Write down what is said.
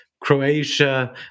Croatia